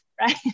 right